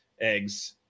eggs